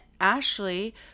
Ashley